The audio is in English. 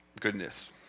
goodness